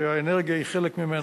שהאנרגיה היא חלק ממנו.